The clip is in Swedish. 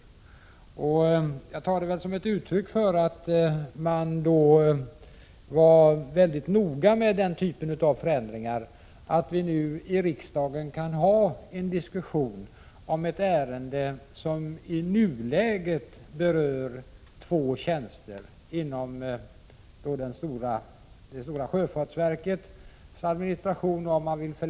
Att man då var mycket noga tar jag som ett uttryck för den vikt man lägger vid denna typ av förändringar och att det är också däri som vi nu i riksdagen kan ha en diskussion om ett ärende som i nuläget berör två tjänster inom det stora sjöfartsverkets administration.